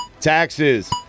taxes